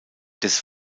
des